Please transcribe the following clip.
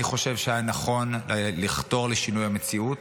אני חושב שהיה נכון לחתור לשינוי המציאות.